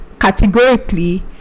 categorically